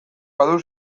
badu